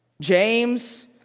James